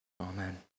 amen